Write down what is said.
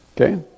Okay